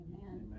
Amen